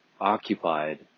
occupied